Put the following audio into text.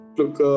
look